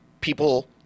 people